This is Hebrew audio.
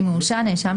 אש יורשע הנאשם,